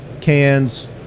cans